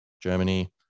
Germany